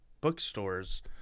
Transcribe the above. bookstores